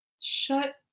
Shut